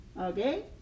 okay